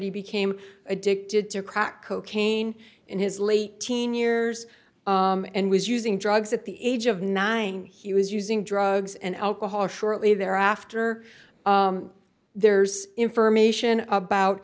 he became addicted to crack cocaine in his late teen years and was using drugs at the age of nine he was using drugs and alcohol shortly thereafter there's information about